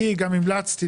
אני גם המלצתי,